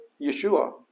Yeshua